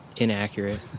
inaccurate